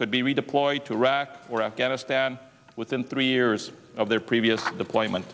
could be redeployed to iraq or afghanistan within three years of their previous deployment